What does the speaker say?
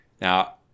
now